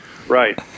Right